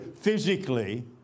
physically